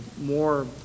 more